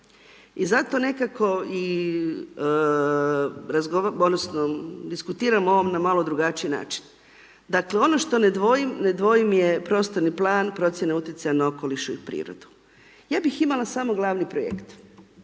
i zato nekako i diskutiramo o ovome na malo drugačiji način. Dakle, ono što ne dvojim, ne dvojim je prostorni plan, procjena utjecaja na okolišu i prirodu. Ja bih imala samo glavni projekt.